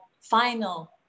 final